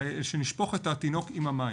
למצב בו נשפוך את התינוק עם המים.